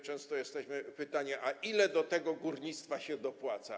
Często jesteśmy pytani: A ile do tego górnictwa się dopłaca?